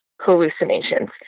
hallucinations